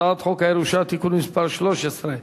הצעת חוק הירושה (תיקון מס' 13)